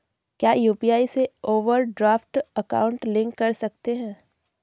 क्या यू.पी.आई से overdraft account link कर सकते हैं?